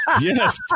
Yes